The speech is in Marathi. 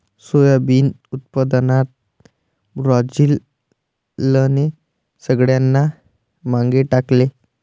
सोयाबीन उत्पादनात ब्राझीलने सगळ्यांना मागे टाकले